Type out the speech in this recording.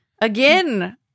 Again